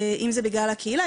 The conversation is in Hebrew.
אם זה בגלל הקהילה,